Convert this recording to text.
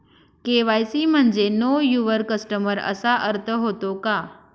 KYC म्हणजे know your customer असा अर्थ होतो का?